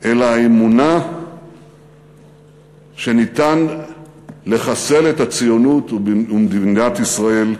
אלא האמונה שניתן לחסל את הציונות ואת מדינת ישראל.